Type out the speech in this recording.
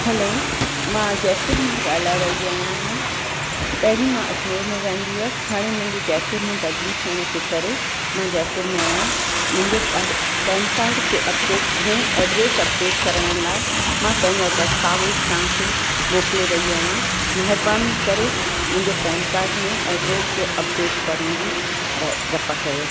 हलो मां जयपुर मां ॻाल्हाए रही आहियां पहिरीं मां अजमेर में रहंदी हुअसि हाणे मुंहिंजी जयपुर में बदिली थिअण जे करे मां जयपुर में आहियां मुंहिंजो पान पैन काड खे अपडेट्स में एड्रेस अपडेट करण लाइ मां पंहिंजा दस्तावेज़ तव्हांखे मोकिले रही आहियां महिरबानी करे मुंहिंजे पैन काड में एड्रेस खे अपडेट करण जी कृपा कयो